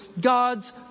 God's